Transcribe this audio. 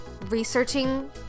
researching